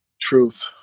Truth